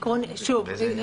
שוב,